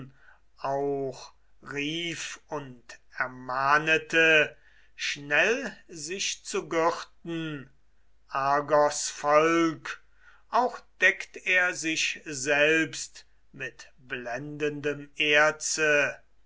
auch rief und ermahnete schnell sich zu gürten argos volk auch deckt er sich selbst mit blendendem erze